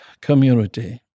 community